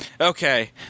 okay